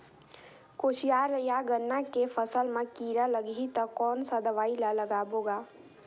कोशियार या गन्ना के फसल मा कीरा लगही ता कौन सा दवाई ला लगाबो गा?